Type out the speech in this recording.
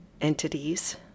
entities